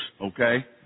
Okay